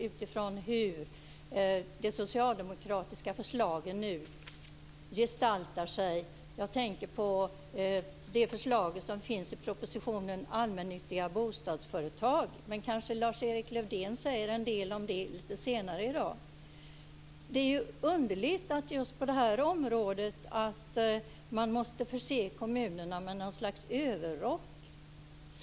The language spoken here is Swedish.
Det är ju så de socialdemokratiska förslagen nu gestaltar sig. Jag tänker på de förslag som finns i propositionen Allmännyttiga bostadsföretag. Men Lars-Erik Lövdén kommer kanske att säga en del om det lite senare i dag. Det är underligt att man måste förse kommunerna med något slags överrock just på det här området.